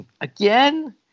Again